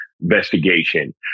investigation